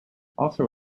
also